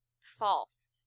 false